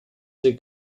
der